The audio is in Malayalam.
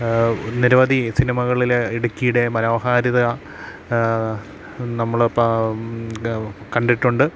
നിരവധി സിനിമകളിൽ ഇടുക്കിയുടെ മനോഹാരിത നമ്മൾ കണ്ടിട്ടുണ്ട്